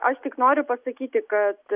aš tik noriu pasakyti kad